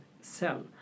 cell